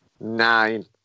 nine